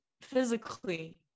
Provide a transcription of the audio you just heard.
physically